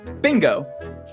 bingo